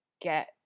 get